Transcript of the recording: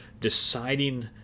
deciding